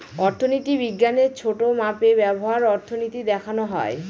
অর্থনীতি বিজ্ঞানের ছোটো মাপে ব্যবহার অর্থনীতি দেখানো হয়